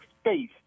space